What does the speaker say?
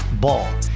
Ball